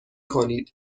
کنید